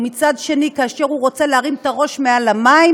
ומצד שני כאשר הוא רוצה להרים את הראש מעל המים,